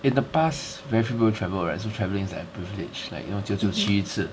in the past very few people travel right so travelling is like a privilege you know 久久去一次